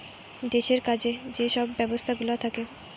দেশের কাজে যে সব ব্যবস্থাগুলা থাকে